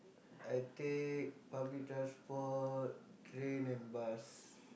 I take public transport train and bus